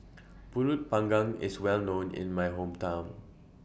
Pulut Panggang IS Well known in My Hometown